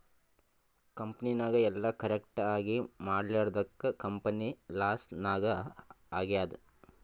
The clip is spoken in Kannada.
ಕಂಪನಿನಾಗ್ ಎಲ್ಲ ಕರೆಕ್ಟ್ ಆಗೀ ಮಾಡ್ಲಾರ್ದುಕ್ ಕಂಪನಿ ಲಾಸ್ ನಾಗ್ ಆಗ್ಯಾದ್